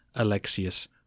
Alexius